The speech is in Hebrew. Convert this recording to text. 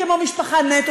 כמו "משפחה נטו",